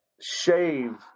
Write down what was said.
Shave